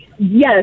Yes